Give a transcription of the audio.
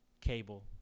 cable